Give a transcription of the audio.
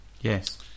Yes